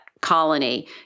colony